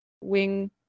Wing